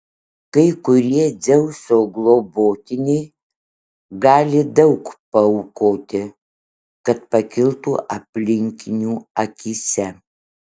kai kurie dzeuso globotiniai gali daug paaukoti kad pakiltų aplinkinių akyse